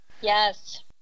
yes